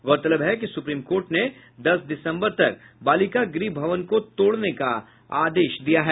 गौरतलब है कि सुप्रीम कोर्ट ने दस दिसम्बर तक बालिका गृह भवन को तोड़ने का आदेश दिया है